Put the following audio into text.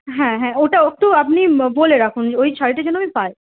হ্যাঁ হ্যাঁ ওটা একটু আপনি বলে রাখুন যে ওই শাড়িটি যেন আমি পাই